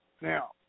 Now